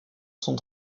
sont